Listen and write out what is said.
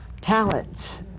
talents